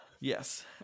Yes